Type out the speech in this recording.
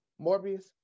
Morbius